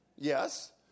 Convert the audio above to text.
Yes